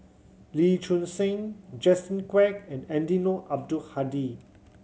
Lee Choon Seng Justin Quek and Eddino Abdul Hadi